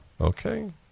Okay